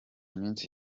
minsi